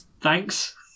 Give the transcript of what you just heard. thanks